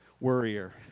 worrier